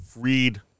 freed